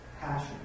passion